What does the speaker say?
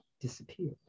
disappeared